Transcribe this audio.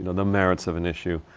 the merits of an issue,